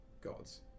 gods